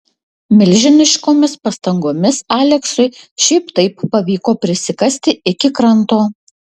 milžiniškomis pastangomis aleksui šiaip taip pavyko prisikasti iki kranto